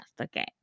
okay